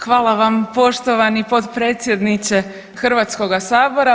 Hvala vam poštovani potpredsjedniče Hrvatskoga sabora.